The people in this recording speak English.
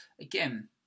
again